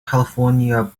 california